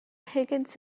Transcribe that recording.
higgins